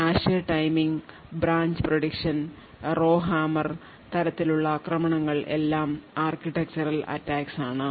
cache timing branch prediction Row hammer തരത്തിലുള്ള ആക്രമണങ്ങൾ എല്ലാം ആർക്കിടെക്ചറൽ attacks ആണ്